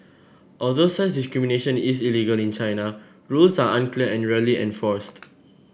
although such discrimination is illegal in China rules are unclear and rarely enforced